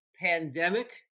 pandemic